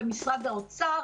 במשרד האוצר,